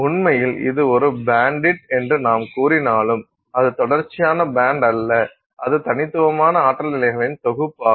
உண்மையில் இது ஒரு பேண்டிட் என்று நாம் கூறினாலும் அது தொடர்ச்சியான பேண்ட் அல்ல அது தனித்துவமான ஆற்றல் நிலைகளின் தொகுப்பாகும்